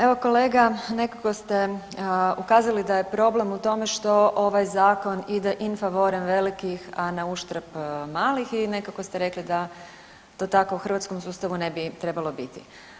Evo kolega nekako ste ukazali da je problem u tome što ovaj zakon ide in favorem velikih, a na uštrb malih i nekako ste rekli da to tako u hrvatskom sustavu ne bi trebalo biti.